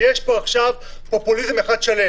-- לכן יש פה עכשיו פופוליזם אחד שלם.